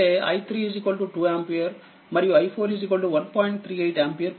38ఆంపియర్పొందుతారు